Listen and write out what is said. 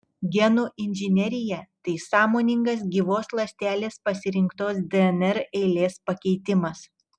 genų inžinerija tai sąmoningas gyvos ląstelės pasirinktos dnr eilės pakeitimas